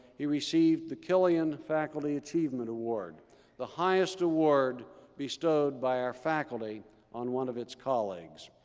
he received the killian faculty achievement award the highest award bestowed by our faculty on one of its colleagues.